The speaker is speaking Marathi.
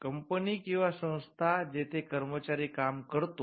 कंपनी किंवा संस्था जेथे कर्मचारी काम करतो